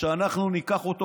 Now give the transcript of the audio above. ואנחנו ניקח אותו,